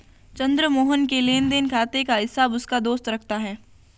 चंद्र मोहन के लेनदेन खाते का हिसाब उसका दोस्त रखता है